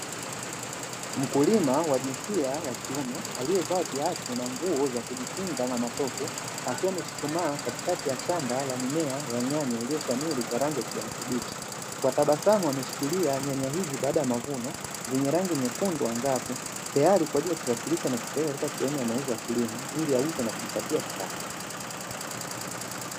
Mkulima wa jinsia ya kiume aliyevaa viatu na nguo za kujikinga na matope akiwa amechuchumaa katikati ya shamba la mimea ya nyanya iliyoshamiri kwa rangi ya kijani kibichi, kwa tabasamu ameshikilia nyanya hizi baada ya mavuno zenye rangi nyekundu angavu, tayari kwa ajili ya kusafirisha na kupeleka katika sehemu ya mauzo ya kilimo ili auze na kujipatia kipato.